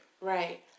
Right